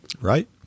Right